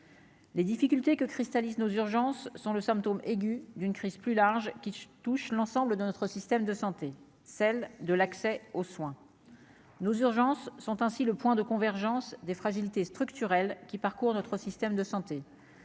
Les difficultés que cristallise nos urgences sont le symptôme aigu d'une crise plus large qui touche l'ensemble de notre système de santé, celle de l'accès aux soins nos urgences sont ainsi le point de convergence des fragilités structurelles qui parcourent notre système de santé,